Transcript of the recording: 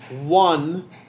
one